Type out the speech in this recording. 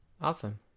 awesome